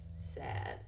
sad